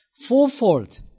Fourfold